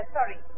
sorry